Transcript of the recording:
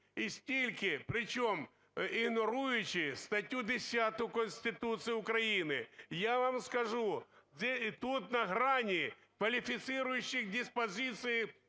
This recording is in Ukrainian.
і скільки, причому ігноруючи статтю 10 Конституції України. Я вам скажу, тут на грані квалифицирующих диспозиций